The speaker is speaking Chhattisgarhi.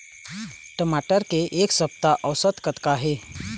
टमाटर के एक सप्ता औसत कतका हे?